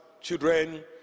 children